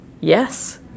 Yes